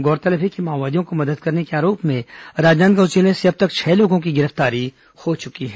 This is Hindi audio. गौरतलब है कि माओवादियों को मदद करने के आरोप में राजनांदगांव जिले से अब तक छह लोगों की गिरफ्तारी हो चुकी है